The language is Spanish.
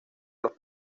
los